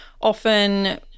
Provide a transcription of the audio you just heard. often